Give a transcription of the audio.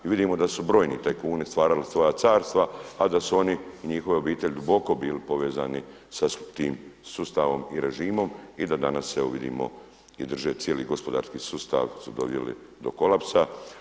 I vidimo da su brojni tajkuni stvarali svoja carstva, a da su oni i njihove obitelji duboko bili povezani sa tim sustavom i režimom i da danas evo vidimo i drže cijeli gospodarski sustav su doveli do kolapsa.